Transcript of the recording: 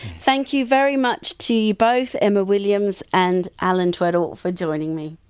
thank you very much to you both emma williams and allan tweddle for joining me.